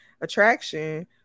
attraction